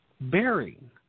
bearing